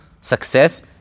success